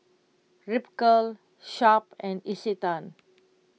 Ripcurl Sharp and Isetan